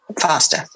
faster